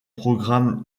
programme